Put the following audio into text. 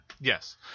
Yes